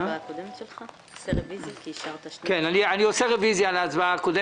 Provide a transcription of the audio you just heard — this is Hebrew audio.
אני עושה רביזיה על ההצבעה הקודמת.